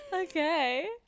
Okay